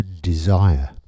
desire